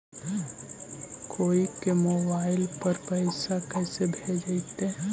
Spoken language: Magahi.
कोई के मोबाईल पर पैसा कैसे भेजइतै?